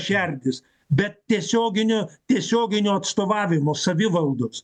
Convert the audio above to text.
šerdis bet tiesioginio tiesioginio atstovavimo savivaldos